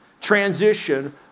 transition